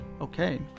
Okay